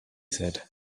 said